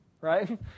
right